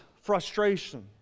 frustration